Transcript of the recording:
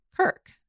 Kirk